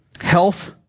Health